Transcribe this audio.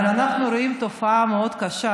אבל אנחנו רואים תופעה מאוד קשה,